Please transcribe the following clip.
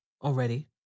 Already